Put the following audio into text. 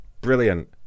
Brilliant